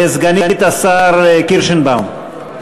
וסגנית השר קירשנבאום,